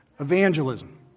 Evangelism